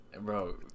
bro